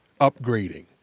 upgrading